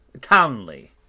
Townley